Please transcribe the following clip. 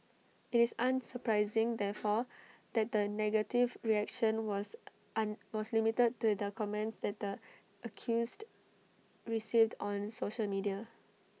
IT is unsurprising therefore that the negative reaction was an was limited to the comments that the accused received on social media